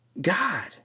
God